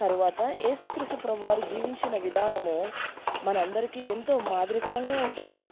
తర్వాత ఏసుక్రిసు ప్రభువారు జీవించిన విధానము మనందరికీ ఎంతో మాదిరికరంగా ఉంటుంది